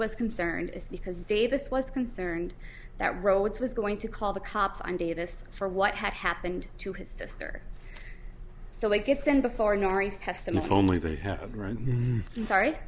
was concerned is because davis was concerned that rhodes was going to call the cops on davis for what had happened to his sister so he gets in before norr